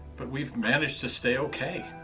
but we've managed to stay okay.